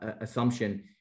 assumption